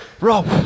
Rob